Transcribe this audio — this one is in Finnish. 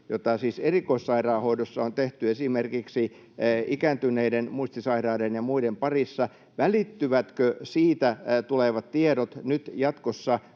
siis erikoissairaanhoidossa on tehty esimerkiksi ikääntyneiden, muistisairaiden ja muiden parissa, tulevat tiedot nyt jatkossa